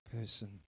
person